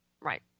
right